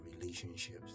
relationships